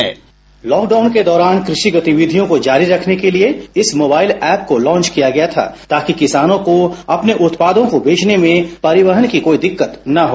bite lockdown के दौरान कृषि गतिविधियों को जारी रखने के लिए इस मोबाइल ऐप को लांच किया गया था ताकि किसानों को अपने उत्पादों को बेचने में परिवहन की कोई दिक्कत न हो